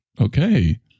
Okay